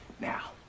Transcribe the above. Now